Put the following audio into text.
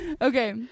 Okay